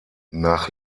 nach